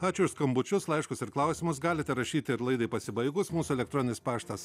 ačiū už skambučius laiškus ir klausimus galite rašyti ir laidai pasibaigus mūsų elektroninis paštas